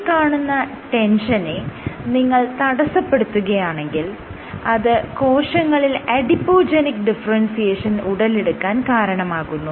ഈ കാണുന്ന ടെൻഷനെ നിങ്ങൾ തടസ്സപ്പെടുത്തുകയാണെങ്കിൽ അത് കോശങ്ങളിൽ അഡിപോജെനിക് ഡിഫറെൻസിയേഷൻ ഉടലെടുക്കാൻ കാരണമാകുന്നു